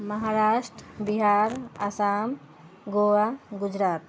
Maharashtra Bihar Assam Goa Gujarat